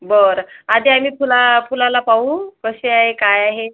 बरं आधी आम्ही फुला फुलाला पाहू कसे आहे काय हे